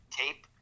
tape